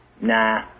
Nah